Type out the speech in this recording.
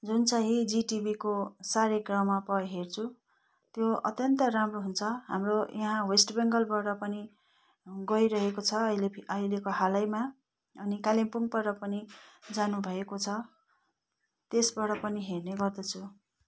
जुन चाँहि जी टिभीको सारेगामापा हेर्छु त्यो अत्यन्त राम्रो हुन्छ हाम्रो यहाँ वेस्ट बेङ्गलबाट पनि गइरहेको छ अहिले अहिलेको हालैमा अनि कालिम्पोङबाट पनि जानु भएको छ त्यसबाट पनि हेर्ने गर्दछु